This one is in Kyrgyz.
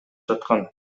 жаткан